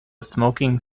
smoking